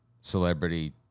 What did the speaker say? celebrity